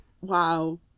Wow